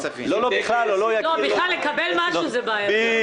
בכלל לקבל משהו זה בעייתי...